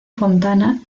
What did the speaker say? fontana